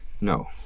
No